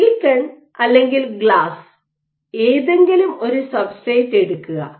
silicon അല്ലെങ്കിൽ glass ഏതെങ്കിലും ഒരു സബ്സ്ട്രേറ്റ് എടുക്കുക